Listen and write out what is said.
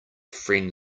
friend